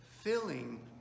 Filling